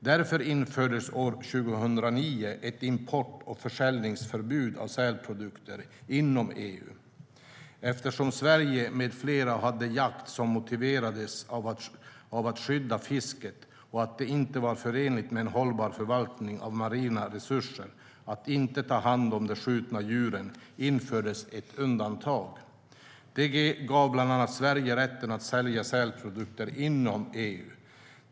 Därför infördes år 2009 ett import och försäljningsförbud för sälprodukter inom EU. Eftersom Sverige med flera hade jakt som motiverades av att skydda fisket och det inte var förenligt med en hållbar förvaltning av marina resurser att inte ta hand om det skjutna djuret infördes ett undantag. Det gav bland annat Sverige rätten att sälja sälprodukter inom EU.